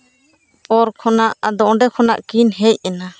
ᱯᱚᱨ ᱠᱷᱚᱱᱟᱜ ᱟᱫᱚ ᱚᱸᱰᱮ ᱠᱷᱚᱱᱟᱜ ᱠᱤᱱ ᱦᱮᱡ ᱮᱱᱟ